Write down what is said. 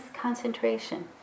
concentration